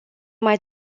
mai